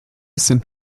sind